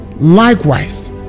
Likewise